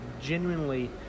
genuinely